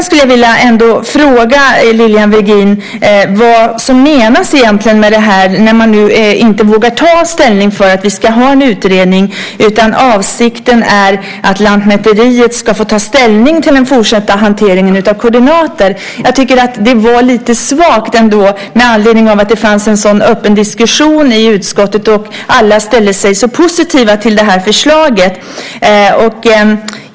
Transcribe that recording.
Sedan vill jag fråga Lilian Virgin vad som egentligen menas när man inte vågar ta ställning för att vi ska ha en utredning utan säger att avsikten är att Lantmäteriet ska få ta ställning till den fortsatta hanteringen av koordinater. Jag tycker att det var lite svagt med anledning av att det fanns en så öppen diskussion i utskottet och att alla ställde sig så positiva till det här förslaget.